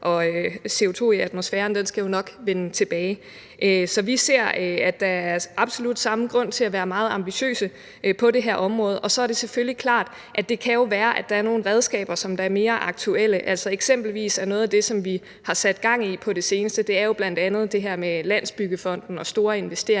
af CO₂ i atmosfæren, jo nok vende tilbage. Så vi ser, at der absolut er samme grund til at være meget ambitiøse på det her område, og så er det selvfølgelig klart, at det jo kan være, at der er nogle redskaber, som er mere aktuelle – altså, eksempelvis er noget af det, vi har sat gang i på det seneste, bl.a. det her med Landsbyggefonden og store investeringer